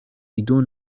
بدون